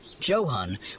Johan